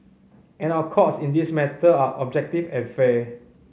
and our courts in this matter are objective and fair